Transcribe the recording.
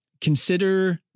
consider